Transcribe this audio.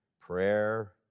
prayer